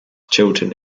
chilton